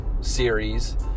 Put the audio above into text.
series